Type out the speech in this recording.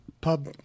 pub